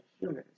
humans